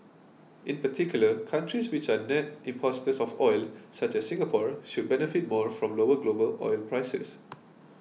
in particular countries which are net importers of oil such as Singapore should benefit more from lower global oil prices